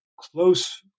close